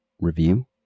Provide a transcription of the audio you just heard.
review